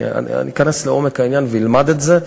אני אכנס לעומק העניין ואלמד את זה.